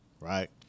right